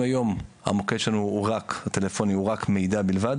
אם היום המוקד הטלפוני שלנו הוא רק מידע בלבד